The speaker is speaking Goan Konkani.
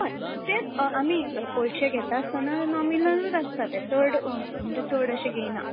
हय तें आमी पयशे घेता आसतना नॉमिनलच आसता ते चड म्हणजे चड अशें घेयना